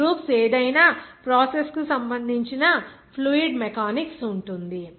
ఈ గ్రూప్స్ ఏదైనా ప్రాసెస్ కు సంబంధించిన ఫ్లూయిడ్ మెకానిక్స్ ఉంటుంది